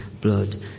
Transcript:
blood